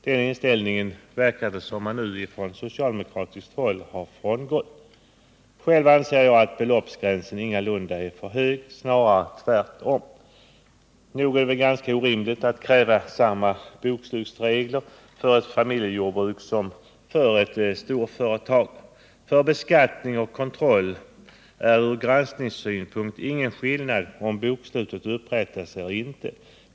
Den inställningen verkar det som om man nu från socialdemokratiskt håll har frångått. Själv anser jag att beloppsgränsen ingalunda är för hög, snarare tvärtom. Nog är det väl ganska orimligt att kräva samma bokslutsregler för ett familjejordbruk som för ett storföretag. För beskattning och kontroll är det från granskningssynpunkt ingen skillnad om årsbokslut upprättas eller inte.